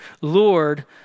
Lord